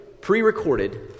pre-recorded